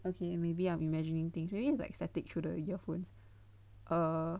ok maybe I'm imagining things maybe it's like static through the earphones err